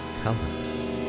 colors